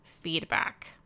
feedback